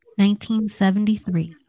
1973